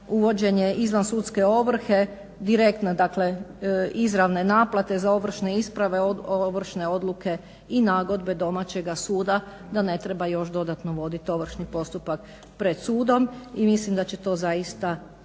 uvođenje izvansudske ovrhe, direktno dakle izravne naplate za ovršne isprave, ovršne odluke i nagodbe domaćega suda da ne treba još dodatno voditi ovršni postupak pred sudom. I mislim da će to zaista